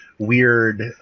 weird